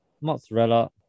mozzarella